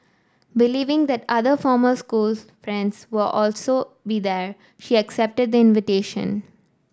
believing that other former school friends would also be there she accepted the invitation